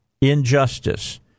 injustice